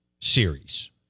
series